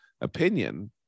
opinion